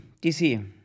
DC